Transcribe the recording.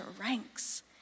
ranks